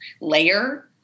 layer